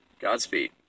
Godspeed